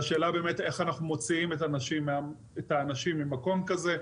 והשאלה איך אנחנו מוציאים את האנשים ממקום כזה,